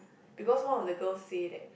because one of the girls say that